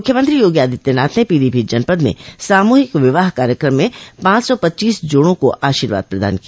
मुख्यमंत्री योगी आदित्यनाथ ने पीलीभीत जनपद में सामूहिक विवाह कार्यक्रम में पांच सौ पच्चीस जोड़ों को आशीर्वाद प्रदान किया